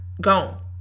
Gone